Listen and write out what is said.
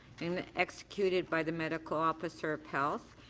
and executed by the medical officer of health.